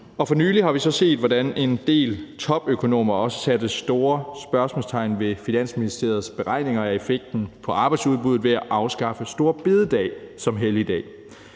For nylig har vi så set, hvordan en del topøkonomer satte store spørgsmålstegn ved Finansministeriets beregninger af effekten på arbejdsudbuddet ved at afskaffe store bededag som helligdag.